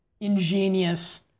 ingenious